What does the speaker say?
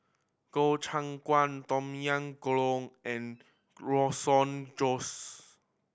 Gobchang Gui Tom Yam Goong and Josh